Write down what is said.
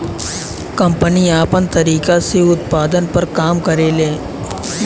company आपन तरीका से उत्पाद पर काम करेले